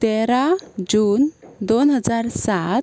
तेरा जून दोन हजार सात